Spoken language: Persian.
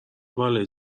بلایی